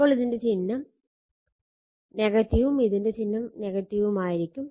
അപ്പോൾ ഇതിന്റെ ചിഹ്നം ഉം ഇതിന്റെ ചിഹ്നം ഉം ആയിരിക്കും